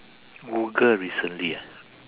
google recently ah